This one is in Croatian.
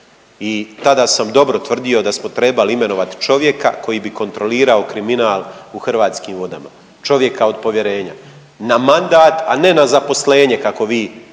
I tada sam dobro tvrdio da smo trebali imenovati čovjeka koji bi kontrolirao kriminal u Hrvatskim vodama, čovjeka od povjerenja na mandat, a ne na zaposlenje kako vi